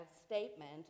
statement